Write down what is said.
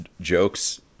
jokes